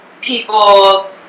people